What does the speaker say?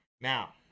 Now